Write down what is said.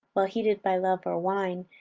while heated by love or wine,